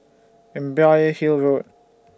Imbiah Hill Road